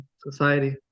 Society